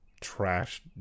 trash